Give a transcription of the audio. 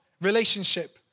relationship